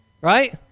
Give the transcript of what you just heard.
right